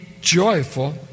joyful